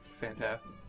Fantastic